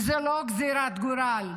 וזו לא גזרת גורל,